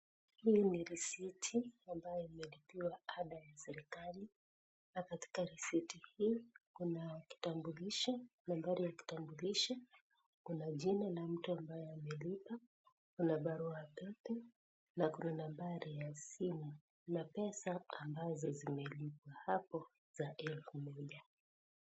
Hii ni risiti ambayo imelipiwa ada ya serikali, na katika risiti hii Kuna kitambilisho, nambari ya kitambulisho, Kuna jina la mtu ambaye amelipa, Kuna barua pepe na Kuna nambari ya simu ya pesa ambazo zimelipwa hapo za elfu moja